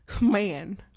man